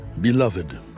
Beloved